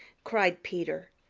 cried peter.